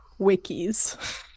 wikis